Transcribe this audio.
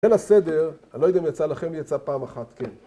זה לסדר. אני לא יודע אם יצא לכם, יצא פעם אחת כן